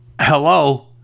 hello